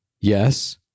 Yes